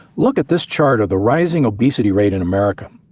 look at this chart of the rising obesity rate in america.